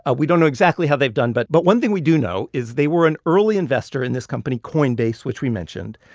ah we don't know exactly how they've done, but but one thing we do know is they were an early investor in this company coinbase, which we mentioned.